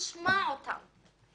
תשמע אותם.